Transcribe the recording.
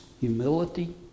humility